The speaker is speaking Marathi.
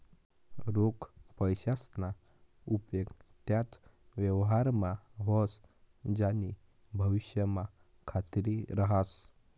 रोख पैसासना उपेग त्याच व्यवहारमा व्हस ज्यानी भविष्यमा खात्री रहास